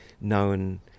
known